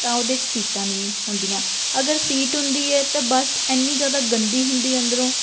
ਤਾਂ ਉਹਦੇ 'ਚ ਸੀਟਾਂ ਨਹੀਂ ਹੁੰਦੀਆਂ ਅਗਰ ਸੀਟ ਹੁੰਦੀ ਹੈ ਤਾਂ ਬੱਸ ਐਨੀ ਜ਼ਿਆਦਾ ਗੰਦੀ ਹੁੰਦੀ ਅੰਦਰੋਂ